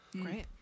Great